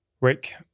Rick